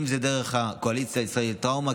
אם זה דרך הקואליציה הישראלית לטראומה,